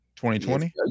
2020